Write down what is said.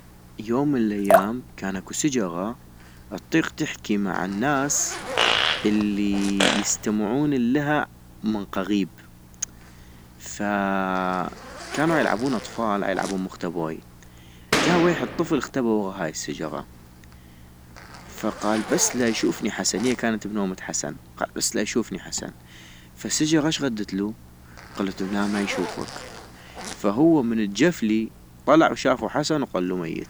يوم من الايام كان أن اكو سجغة اطيق تحكي مع الناس الي يستمتعون الها من قغيبفكانو عيلعبون اطفال عيلعبون مختبوي ، جا ويحد طفل اختبى ولا هاي السجغة، فقال بس لا يشوفني حسن ، هي كانت بنومة حسن، فالسجغة اش غدتلو قلتولو لا ما يشوفك، فهو من الجفلي طلع وشافو حسن وقلو ميت